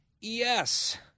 Yes